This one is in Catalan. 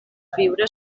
viure